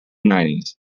nineties